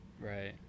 right